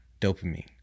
dopamine